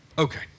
Okay